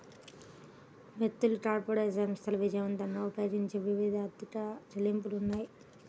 వ్యక్తులు, కార్పొరేట్ సంస్థలు విజయవంతంగా ఉపయోగించే వివిధ ఆర్థిక చెల్లింపులు ఉన్నాయి